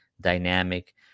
dynamic